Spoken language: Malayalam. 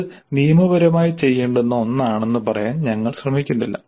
ഇത് നിയമപരമായി ചെയ്യേണ്ടുന്ന ഒന്നാണെന്ന് പറയാൻ ഞങ്ങൾ ശ്രമിക്കുന്നില്ല